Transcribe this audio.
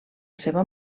seva